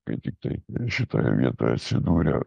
kai tiktai šitoje vietoje atsidūrę